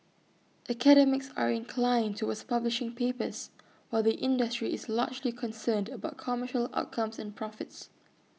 academics are inclined towards publishing papers while the industry is largely concerned about commercial outcomes and profits